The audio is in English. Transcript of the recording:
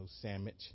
sandwich